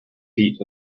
feet